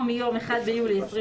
או מיום (1 ביולי 2020),